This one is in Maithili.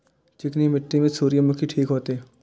चिकनी मिट्टी में सूर्यमुखी ठीक होते?